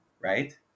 Right